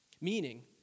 Meaning